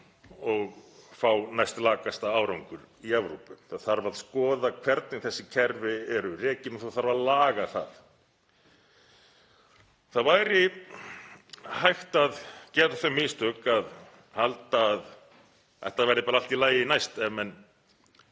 og fá næstlakasta árangur í Evrópu. Það þarf að skoða hvernig þessi kerfi eru rekin og það þarf að laga það. Það væri hægt að gera þau mistök að halda að þetta væri bara allt í lagi næst ef menn